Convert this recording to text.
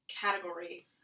category